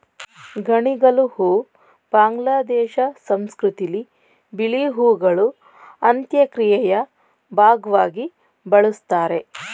ಗಣಿಗಲು ಹೂ ಬಾಂಗ್ಲಾದೇಶ ಸಂಸ್ಕೃತಿಲಿ ಬಿಳಿ ಹೂಗಳು ಅಂತ್ಯಕ್ರಿಯೆಯ ಭಾಗ್ವಾಗಿ ಬಳುಸ್ತಾರೆ